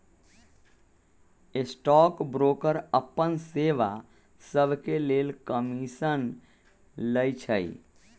stock broker अप्पन सेवा सभके लेल कमीशन लइछइ